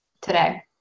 today